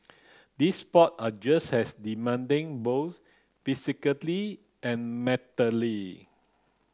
these sport are just as demanding both physically and mentally